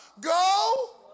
Go